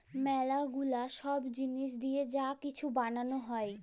ম্যালা গুলা ছব জিলিস দিঁয়ে যা কিছু বালাল হ্যয়